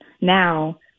now